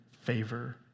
favor